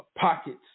pockets